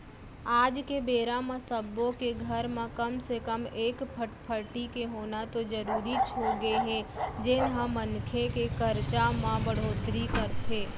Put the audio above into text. आज के बेरा म सब्बो के घर म कम से कम एक फटफटी के होना तो जरूरीच होगे हे जेन ह मनखे के खरचा म बड़होत्तरी करथे